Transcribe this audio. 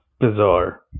bizarre